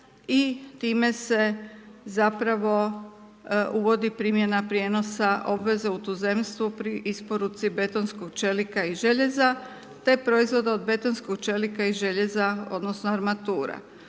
i time se zapravo uvodi primjena prijenosa obveze u tuzemstvu pri isporuci betonskog čelika i željeza te proizvoda od betonskog čelika i željeza, odnosno armatura.